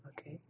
Okay